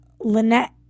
Lynette